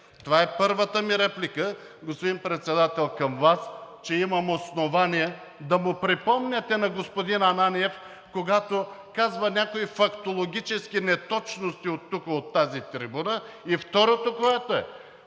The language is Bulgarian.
Това е първата ми реплика, господин Председател, към Вас, че имам основание да му припомняте на господин Ананиев, когато казва някои фактологически неточности оттук, от тази трибуна. И второто нещо.